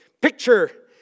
picture